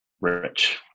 Rich